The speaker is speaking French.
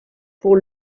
pour